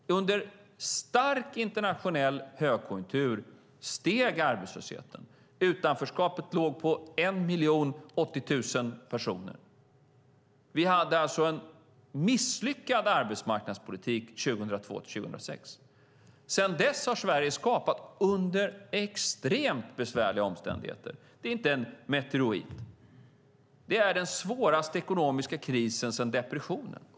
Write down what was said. Under stark internationell högkonjunktur steg arbetslösheten. Utanförskapet låg på 1 080 000 personer. Vi hade alltså en misslyckad arbetsmarknadspolitik 2002-2006. Sedan dess har Sverige under extremt besvärliga omständigheter skapat detta. Det är inte en meteorit. Det är den svåraste ekonomiska krisen sedan depressionen.